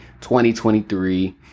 2023